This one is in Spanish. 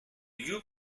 you